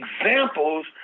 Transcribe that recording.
examples